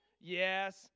Yes